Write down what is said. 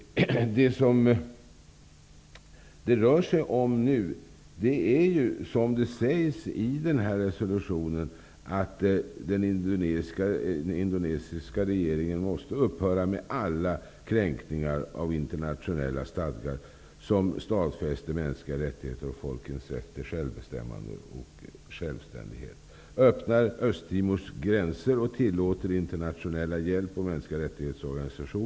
I den här resolutionen sägs det att den indonesiska regeringen måste upphöra med alla kränkningar av internationella stadgar som stadfäster mänskliga rättigheter och folkens rätt till självbestämmande och självständighet. Den måste öppna Östtimors gränser och tillåta internationella hjälporganisationer och organisationer för mänskliga rättigheter att arbeta.